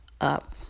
up